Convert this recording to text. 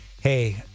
hey